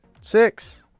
Six